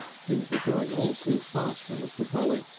things were going all too fast for mr. polly.